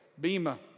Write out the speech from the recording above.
Bema